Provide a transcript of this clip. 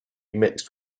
mixed